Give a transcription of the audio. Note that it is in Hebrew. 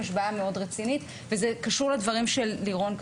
יש בעיה מאוד רצינית וזה קשור לדברים שלירון אמר.